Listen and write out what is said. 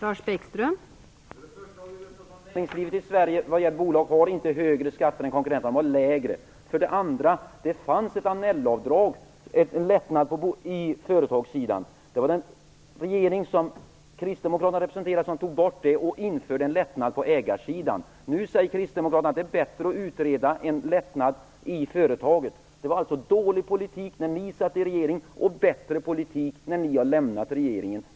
Fru talman! För det första har bolagen i Sverige inte högre utan lägre skatter än konkurrenterna. För det andra fanns det tidigare ett Annellavdrag som fungerade som en lättnad på företagssidan. Det var den regering som kristdemokraterna ingick i som tog bort detta och införde en lättnad på ägarsidan. Nu säger kristdemokraterna att det är bättre att utreda en lättnad i företagen. Det var alltså dålig politik när ni satt i regeringen men blev bättre politik när ni lämnade regeringen.